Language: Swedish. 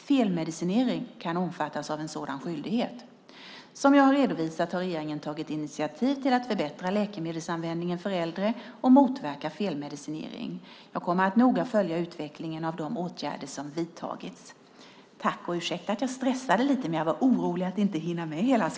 Felmedicinering kan omfattas av en sådan skyldighet. Som jag har redovisat har regeringen tagit initiativ till att förbättra läkemedelsanvändningen för äldre och motverka felmedicinering. Jag kommer att noga följa utvecklingen av de åtgärder som vidtagits.